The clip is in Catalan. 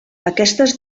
aquestes